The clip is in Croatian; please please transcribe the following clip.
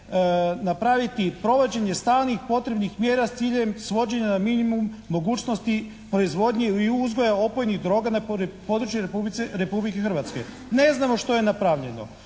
napraviti provođenje stalnih potrebnih mjera s ciljem svođenja na minimum mogućnosti proizvodnje i uzgoja opojnih droga na području Republike Hrvatske. Ne znamo što je napravljeno,